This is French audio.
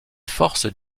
forces